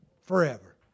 forever